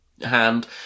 hand